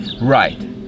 right